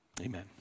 Amen